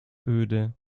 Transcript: öde